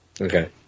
Okay